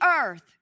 earth